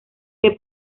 que